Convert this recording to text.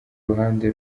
ruhande